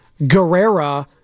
Guerrera